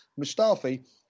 Mustafi